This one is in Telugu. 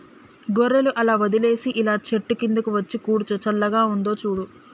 గొర్రెలు అలా వదిలేసి ఇలా చెట్టు కిందకు వచ్చి కూర్చో చల్లగా ఉందో చూడు